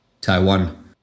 Taiwan